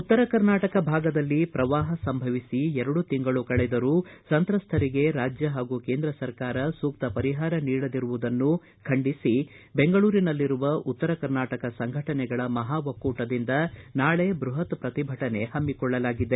ಉತ್ತರ ಕರ್ನಾಟಕ ಭಾಗದಲ್ಲಿ ಪ್ರವಾಹ ಸಂಭವಿಸಿ ಎರಡು ತಿಂಗಳು ಕಳೆದರೂ ಸಂತ್ರಸ್ಥರಿಗೆ ರಾಜ್ಯ ಹಾಗೂ ಕೇಂದ್ರ ಸರ್ಕಾರ ಸೂಕ್ತ ಪರಿಹಾರ ನೀಡದಿರುವುದನ್ನು ಖಂಡಿಸಿ ಬೆಂಗಳೂರಿನಲ್ಲಿರುವ ಉತ್ತರ ಕನಾಟಕ ಸಂಘಟನೆಗಳ ಮಹಾ ಒಕ್ಕೂಟದಿಂದ ನಾಳೆ ಬೃಹತ್ ಪ್ರತಿಭಟನೆ ಹಮ್ಮಿಕೊಳ್ಳಲಾಗಿದೆ